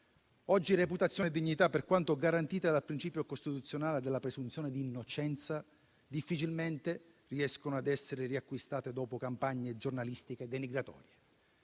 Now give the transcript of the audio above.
Oggi reputazione e dignità, per quanto garantite dal principio costituzionale della presunzione di innocenza, difficilmente riescono a essere riacquistate dopo campagne giornalistiche denigratorie.